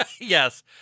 Yes